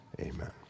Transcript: amen